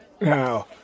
now